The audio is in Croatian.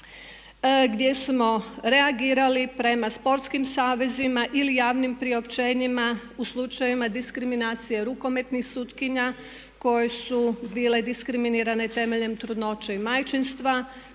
gdje smo reagirali prema sportskim savezima ili javnim priopćenjima u slučajevima diskriminacije rukometnih sutkinja koje su bile diskriminirane temeljem trudnoće i majčinstva,